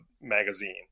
magazine